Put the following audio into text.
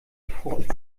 freut